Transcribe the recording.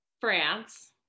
France